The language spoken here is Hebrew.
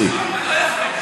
אותי.